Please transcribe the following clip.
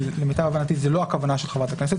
ולמיטב הבנתי זאת לא הכוונה של חברת הכנסת,